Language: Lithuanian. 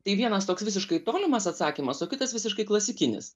tai vienas toks visiškai tolimas atsakymas o kitas visiškai klasikinis